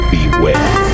Beware